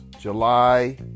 July